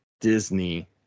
disney